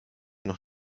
noch